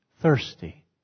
thirsty